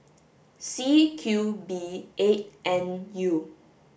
C Q B eight N U